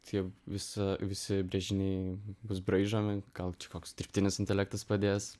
tie visi visi brėžiniai bus braižomi gal čia koks dirbtinis intelektas padės